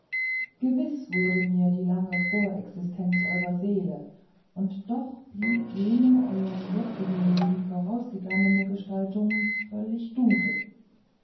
gewiß wurde mir die lange vorexistenz eurer seele und doch blieb jede euerm jetzigen leben vorausgegangene gestaltung völlig dunkel